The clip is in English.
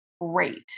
Great